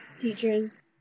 teachers